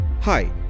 Hi